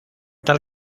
tal